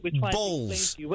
balls